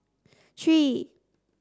three